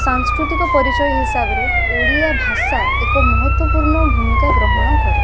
ସାଂସ୍କୃତିକ ପରିଚୟ ହିସାବରେ ଓଡ଼ିଆଭାଷା ଏକ ମହତ୍ୱପୂର୍ଣ୍ଣ ଭୂମିକା ଗ୍ରହଣ କରେ